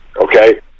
Okay